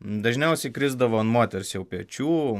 dažniausiai krisdavo ant moters jau pečių